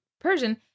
Persian